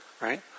right